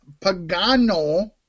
Pagano